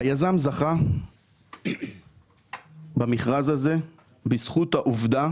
היזם זכה במכרז הזה בזכות העובדה